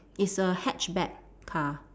it's a hatchback car